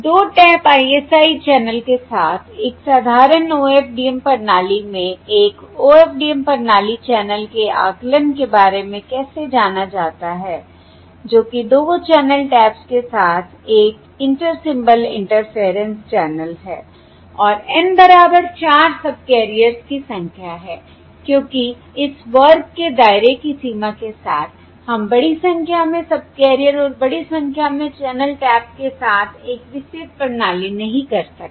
2 tap ISI channel के साथ एक साधारण OFDM प्रणाली में एक OFDM प्रणाली चैनल के आकलन के बारे में कैसे जाना जाता है जो कि 2 चैनल टैप्स के साथ एक इंटर सिंबल इंटरफेयरेंस चैनल है और N बराबर 4 सबकैरियर्स की संख्या है क्योंकि इस वर्ग के दायरे की सीमा के साथ हम बड़ी संख्या में सबकैरियर और बड़ी संख्या में चैनल टैप के साथ एक विस्तृत प्रणाली नहीं कर सकते